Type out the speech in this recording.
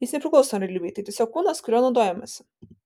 jis nepriklauso realybei tai tiesiog kūnas kuriuo naudojamasi